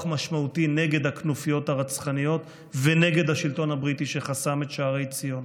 משמעותי נגד הכנופיות הרצחניות ונגד השלטון הבריטי שחסם את שערי ציון.